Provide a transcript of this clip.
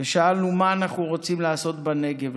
ושאלנו מה אנחנו רוצים לעשות בנגב,